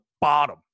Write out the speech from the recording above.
bottom